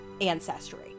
ancestry